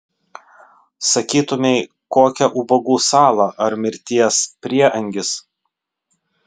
sakytumei kokia ubagų sala ar mirties prieangis